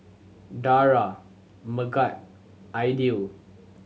Dara Megat Aidil